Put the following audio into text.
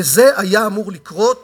וזה היה אמור לקרות